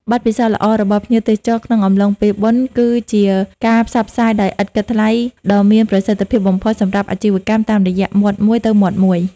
បទពិសោធន៍ល្អរបស់ភ្ញៀវទេសចរក្នុងអំឡុងពេលបុណ្យ គឺជាការផ្សព្វផ្សាយដោយឥតគិតថ្លៃដ៏មានប្រសិទ្ធភាពបំផុតសម្រាប់អាជីវកម្មតាមរយៈមាត់មួយទៅមាត់មួយ។